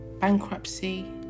bankruptcy